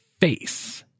face